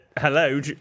Hello